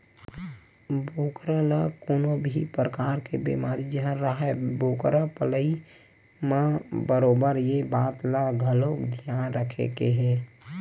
बोकरा ल कोनो भी परकार के बेमारी झन राहय बोकरा पलई म बरोबर ये बात ल घलोक धियान रखे के हे